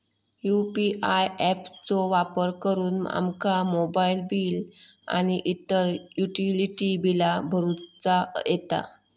UPI app चो वापर करुन आमका मोबाईल बिल आणि इतर युटिलिटी बिला भरुचा येता